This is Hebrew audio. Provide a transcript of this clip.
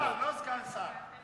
שר, לא סגן שר.